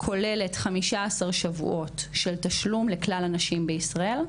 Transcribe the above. כוללת 15 שבועות של תשלום לכלל הנשים בישראל,